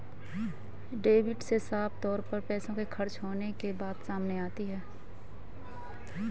debit से साफ तौर पर पैसों के खर्च होने के बात सामने आती है